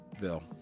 Bill